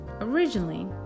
Originally